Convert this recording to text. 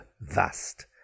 vast